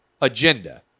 agenda